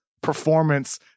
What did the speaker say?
performance